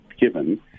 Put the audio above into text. given